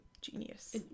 genius